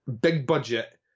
big-budget